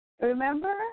Remember